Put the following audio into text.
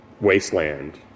wasteland